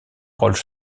rolls